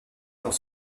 dans